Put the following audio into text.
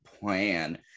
plan